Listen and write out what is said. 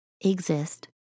exist